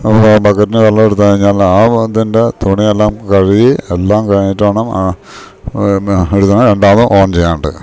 ആ ബക്കറ്റ്ന് വെളളം എടുത്തു കഴിഞ്ഞാല് ആ ഇതിൻ്റെ തുണിയെല്ലാം കഴുകി എല്ലാം കഴിഞ്ഞിട്ട് വേണം അട്ത്തത് രെണ്ടാതും ഓൺ ചെയ്യാനായിട്ട്